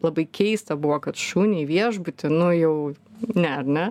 labai keista buvo kad šunį į viešbutį nu jau ne ar ne